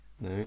No